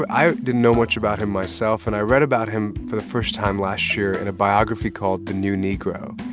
i didn't know much about him myself. and i read about him for the first time last year in a biography called the new negro.